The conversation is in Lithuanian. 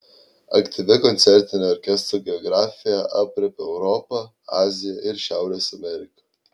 aktyvi koncertinė orkestro geografija aprėpia europą aziją ir šiaurės ameriką